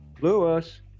lewis